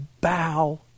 bow